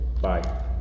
bye